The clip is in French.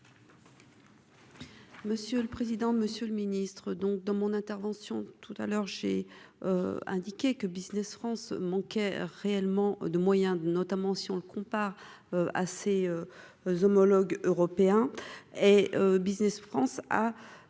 Monsieur le président, Monsieur le Ministre, donc dans mon intervention tout à l'heure j'ai indiqué que Business France manquèrent réellement de moyens, notamment si on le compare assez. Nos homologues européens et Business France a